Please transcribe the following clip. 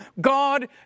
God